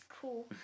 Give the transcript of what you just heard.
cool